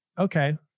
okay